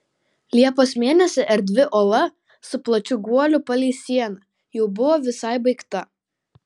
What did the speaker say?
liepos mėnesį erdvi ola su plačiu guoliu palei sieną jau buvo visai baigta